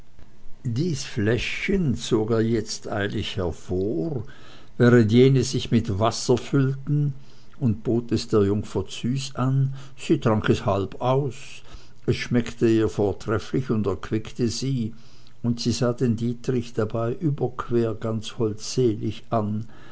dies fläschchen zog er jetzt eilig hervor während jene sich mit wasser füllten und bot es der jungfer züs an sie trank es halb aus es schmeckte ihr vortrefflich und erquickte sie und sie sah den dietrich dabei überquer ganz holdselig an